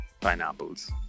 pineapples